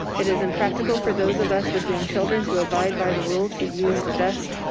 it is impractical for those of us with young children to abide by the rule to use the best,